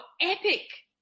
epic